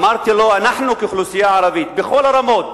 אמרתי לו: אנחנו כאוכלוסייה ערבית בכל הרמות